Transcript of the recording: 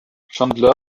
chandler